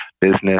business